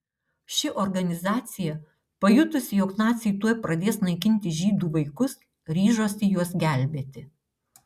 ši organizacija pajutusi jog naciai tuoj pradės naikinti žydų vaikus ryžosi juos gelbėti